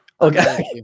Okay